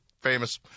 famous